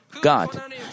God